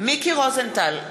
מיקי רוזנטל,